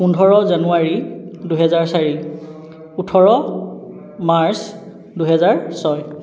পোন্ধৰ জানুৱাৰী দুহেজাৰ চাৰি ওঁঠৰ মাৰ্চ দুহেজাৰ ছয়